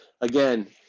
Again